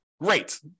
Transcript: great